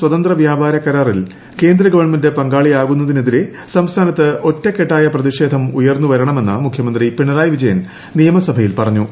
സ്വതന്ത്ര വ്യാപാര കരാറിൽ കേന്ദ്ര ഗവൺമെന്റ് പങ്കാളിയാകുന്നതിനെതിരെ സംസ്ഥാനത്ത് ഒറ്റക്കെട്ടായ പ്രതിഷേധം ഉയർന്നുവരണമെന്ന് മുഖ്യമന്ത്രി പിണറായി വിജയൻ നിയമസഭയിൽ പറഞ്ഞു